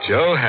Joe